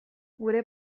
gure